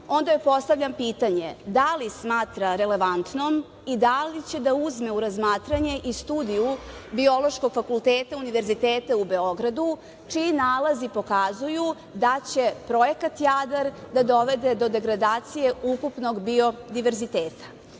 onda joj postavljam pitanje – da li smatra relevantnom i da li će da uzme u razmatranje i Studiju Biološkog fakulteta Univerziteta u Beogradu, čiji nalazi pokazuju da će projekat „Jadar“ da dovede do degradacije ukupnog biodiverziteta? Ja